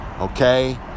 okay